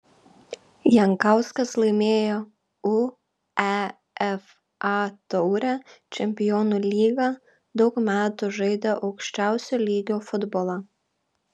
jankauskas laimėjo uefa taurę čempionų lygą daug metų žaidė aukščiausio lygio futbolą